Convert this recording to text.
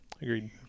Agreed